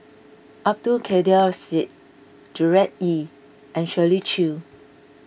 Abdul Kadir Syed Gerard Ee and Shirley Chew